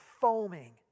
foaming